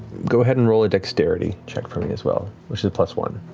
go ahead and roll a dexterity check for me as well, which is a plus one.